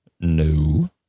No